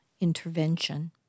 intervention